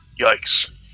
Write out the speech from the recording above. yikes